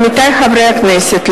עמיתי חברי הכנסת,